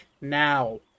Now